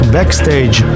Backstage